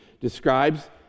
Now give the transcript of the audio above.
describes